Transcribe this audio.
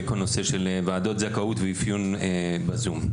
כל הנושא של ועדות זכאות ואפיון בזום.